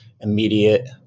immediate